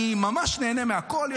אני ממש נהנה מהכול,